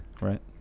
right